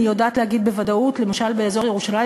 אני יודעת להגיד בוודאות למשל באזור ירושלים,